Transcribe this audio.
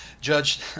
Judge